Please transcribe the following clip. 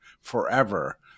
forever